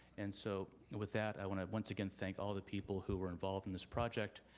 and so with that, i want to once again thank all of the people who were involved in this project,